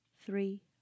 three